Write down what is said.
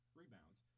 rebounds